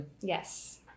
Yes